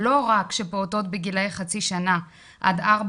שלא רק שפעוטות בגילאי חצי שנה עד ארבע,